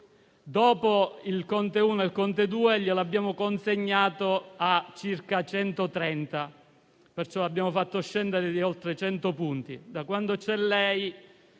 dopo il Conte I e il Conte II glielo abbiamo consegnato a circa 130, perciò l'abbiamo fatto scendere di oltre 100 punti.